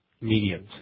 mediums